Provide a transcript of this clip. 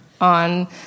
on